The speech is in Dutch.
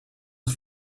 het